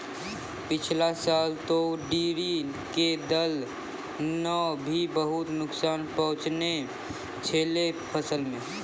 पिछला साल तॅ टिड्ढी के दल नॅ भी बहुत नुकसान पहुँचैने छेलै फसल मॅ